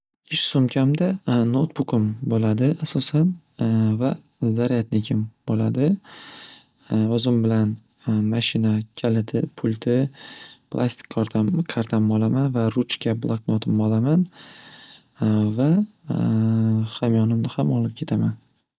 Ish sumkamda noutbukim bo'ladi asosan va zaryadnikim bo'ladi o'zim bilan mashina kaliti pulti plastik kortam-kartamni olaman va ruchka blaknotimni olaman va hamyonimni ham olib ketaman.